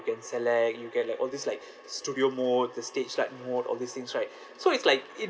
can select you get like all this like studio mode the stage light mode all these things right so it's like it